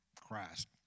Christ